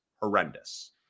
horrendous